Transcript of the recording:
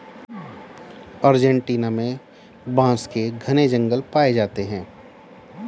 Argentina में बांस के घने जंगल पाए जाते हैं